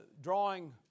drawing